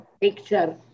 picture